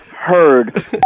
heard